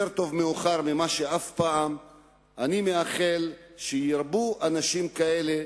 אני מאחל שירבו אנשים כאלה,